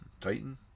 titan